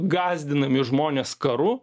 gąsdinami žmonės karu